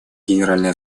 генеральной